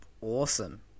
awesome